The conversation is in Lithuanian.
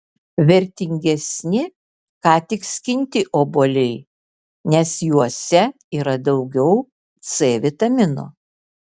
vertingesni ką tik skinti obuoliai nes juose yra daugiau c vitamino